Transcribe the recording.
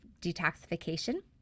detoxification